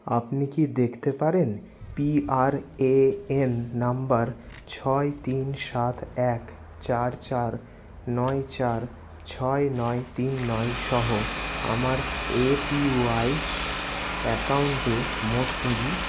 আপনি কি দেখতে পারেন পিআরএএন নম্বর ছয় তিন সাত এক চার চার নয় চার ছয় নয় তিন নয় সহ আমার এপিওয়াই অ্যাকাউন্টে মোট পুঁজি